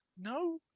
No